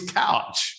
couch